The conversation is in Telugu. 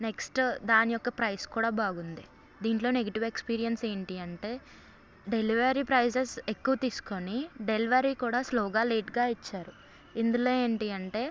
నెక్స్ట్ దాని యొక్క ప్రైస్ కూడా బాగుంది దీంట్లో నెగిటివ్ ఎక్స్పీరియన్స్ ఏంటి అంటే డెలివరీ ప్రైసెస్ ఎక్కువ తీసుకుని డెలివరీ కూడా స్లోగా లెట్గా ఇచ్చారు ఇందులో ఏంటి అంటే